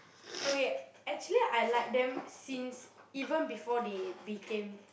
okay actually I like them since even before they became